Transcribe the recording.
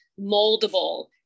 moldable